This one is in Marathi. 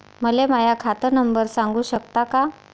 मले माह्या खात नंबर सांगु सकता का?